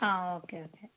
ആ okay okay